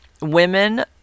women